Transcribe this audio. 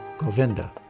Govinda